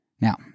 Now